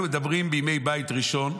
אנחנו מדברים על ימי בית ראשון.